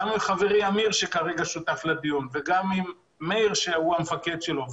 גם עם חברי אמיר שכרגע שותף לדיון וגם עם מאיר המפקד שלו,